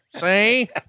See